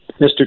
Mr